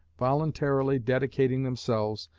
voluntarily dedicating themselves,